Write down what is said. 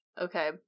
Okay